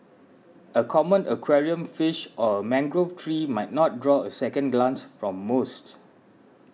a common aquarium fish or a mangrove tree might not draw a second glance from most